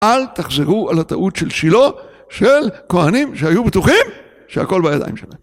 אל תחזרו על הטעות של שילה של כהנים שהיו בטוחים שהכל בידיים שלהם.